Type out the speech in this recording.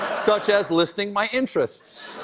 such as listing my interests.